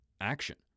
action